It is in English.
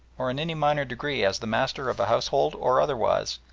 or in any minor degree as the master of a household or otherwise,